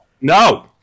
No